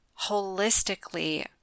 holistically